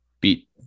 beat